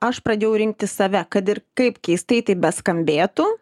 aš pradėjau rinktis save kad ir kaip keistai tai beskambėtų